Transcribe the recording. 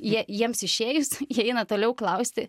jie jiems išėjus jie eina toliau klausti